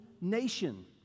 nation